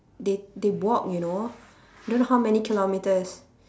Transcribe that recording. they they walk you know don't know how many kilometres